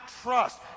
trust